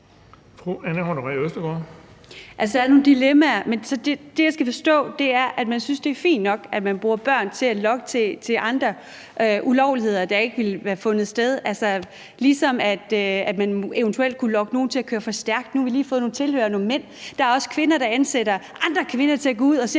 er nogle dilemmaer, men det, jeg skal forstå, er, at man synes, det er fint nok, at man bruger børn til at lokke andre til ulovligheder, der ikke ville have fundet sted – ligesom man eventuelt kunne lokke nogen til at køre for stærkt. Nu har vi lige fået nogle mandlige tilhørere, og der er også kvinder, der ansætter andre kvinder til at gå ud og se,